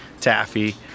taffy